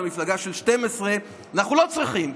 למפלגה של 12 אנחנו לא צריכים,